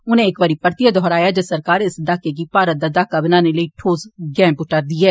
उनें इक बारी परतिए दौहराया जे सरकार इस दहाके गी भारत दा दहाका बनाने लेई ठोस गैं प्ट्टा र दी ऐ